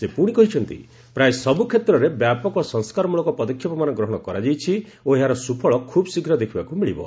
ସେ ପୁଣି କହିଛନ୍ତି ପ୍ରାୟ ସବୁ କ୍ଷେତ୍ରରେ ବ୍ୟାପକ ସଂସ୍କାରମୂଳକ ପଦକ୍ଷେପମାନ ଗ୍ରହଣ କରାଯାଇଛି ଓ ଏହାର ସୁଫଳ ଖୁବ୍ଶୀଘ୍ର ଦେଖିବାକୁ ମିଳିବ